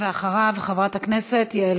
אחריו חברת הכנסת יעל